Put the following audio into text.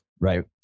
Right